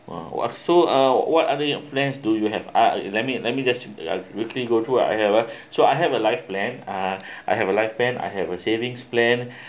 !wah! !wah! so uh what other your plans do you have uh let me let me just quickly go through uh I have uh so I have a life plan uh I have a life plan I have a savings plan